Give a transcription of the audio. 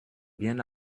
bien